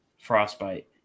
Frostbite